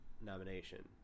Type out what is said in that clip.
nomination